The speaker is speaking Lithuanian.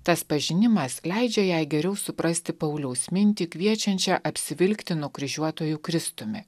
tas pažinimas leidžia jai geriau suprasti pauliaus mintį kviečiančią apsivilkti nukryžiuotuoju kristumi